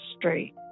straight